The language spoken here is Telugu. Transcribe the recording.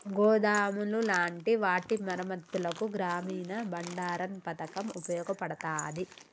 గోదాములు లాంటి వాటి మరమ్మత్తులకు గ్రామీన బండారన్ పతకం ఉపయోగపడతాది